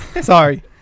Sorry